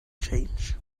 change